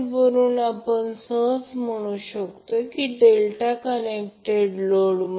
जर सरलीकृत केले तर Ia √ 3 IAB अँगल 30° प्राप्त होईल